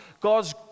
God's